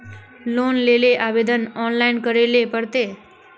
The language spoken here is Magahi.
लोन लेले आवेदन ऑनलाइन करे ले पड़ते?